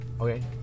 Okay